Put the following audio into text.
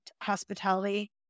hospitality